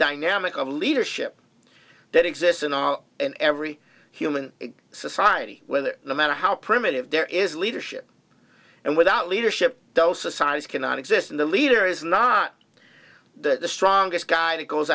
dynamic of leadership that exists in all in every human society where no matter how primitive there is leadership and without leadership those societies cannot exist in the leader is not the strongest guy that goes